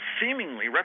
Seemingly